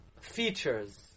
features